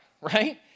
right